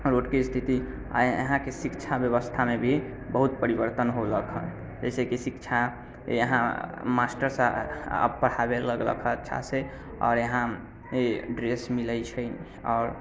रोडके स्थिति आ यहाँके शिक्षा व्यवस्थामे भी बहुत परिवर्तन होलक है जइसे कि शिक्षा यहाँ मास्टर सभ आब पढ़ाबै लगलक हँ अच्छा से आओर यहाँ ई ड्रेस मिलैत छै आओर